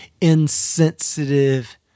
insensitive